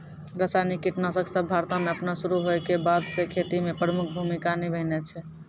रसायनिक कीटनाशक सभ भारतो मे अपनो शुरू होय के बादे से खेती मे प्रमुख भूमिका निभैने छै